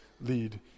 lead